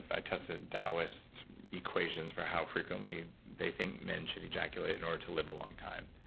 i tested taoists equations for how frequently they think men should ejaculate in order to live a long time.